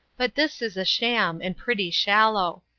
but this is a sham, and pretty shallow.